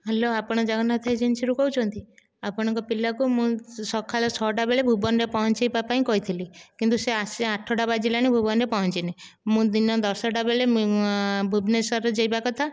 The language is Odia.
ହ୍ୟାଲୋ ଆପଣ ଜଗନ୍ନାଥ ଏଜେନ୍ସିରୁ କହୁଛନ୍ତି ଆପଣଙ୍କ ପିଲାକୁ ମୁଁ ସକାଳ ଛଅଟା ବେଳେ ଭୁବନରେ ପହଞ୍ଚେଇବା ପାଇଁ କହିଥିଲି କିନ୍ତୁ ସେ ଆସି ଆଠଟା ବାଜିଲାଣି ଭୁବନରେ ପହଞ୍ଚିନି ମୁଁ ଦିନ ଦଶଟା ବେଳେ ଭୁବନେଶ୍ୱର ଯିବା କଥା